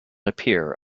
appear